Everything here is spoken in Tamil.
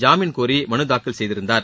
ஜாமீன் கோரி மனுத் தாக்கல் செய்திருந்தார்